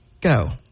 Go